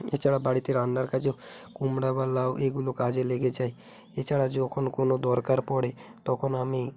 এছাড়া বাড়িতে রান্নার কাজেও কুমড়া বা লাউ এইগুলো কাজে লেগে যায় এছাড়া যখন কোন দরকার পড়ে তখন আমি